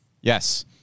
Yes